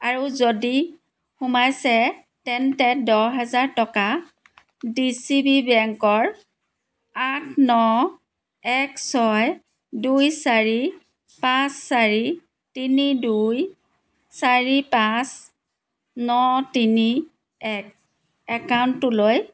আৰু যদি সোমাইছে তেন্তে দহ হেজাৰ টকা ডি চি বি বেংকৰ আঠ ন এক ছয় দুই চাৰি পাঁচ চাৰি তিনি দুই চাৰি পাঁচ ন তিনি এক একাউণ্টটোলৈ